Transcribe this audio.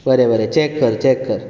बरें बरें चॅक कर चॅक कर